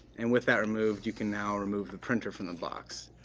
and with that removed, you can now remove the printer from the box.